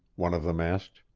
one of them asked.